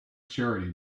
charity